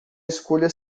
escolha